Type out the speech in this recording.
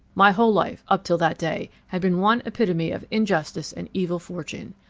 my whole life, up till that day, had been one epitome of injustice and evil fortune.